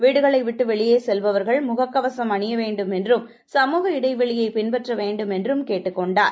வீடுகளை விட்டு வெளியே செல்லுபவர்கள் முகக் கவசம் அனிய வேண்டும் என்றும் சமுக இடைவெளியை பின்பற்ற வேண்டும் என்றும் கேட்டுக் கொண்டார்